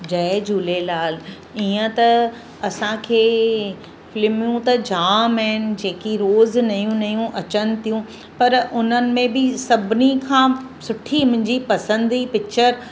जय झूलेलाल ईअं त असांखे फ़िल्मूं त जामु आहिनि जेकी रोज़ु नयूं नयूं अचनि थियूं पर उन्हनि में बि सभिनी खां सुठी मुंहिंजी पसंदी पिचर